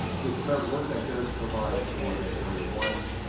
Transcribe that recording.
the commemorative works act does provide for the area one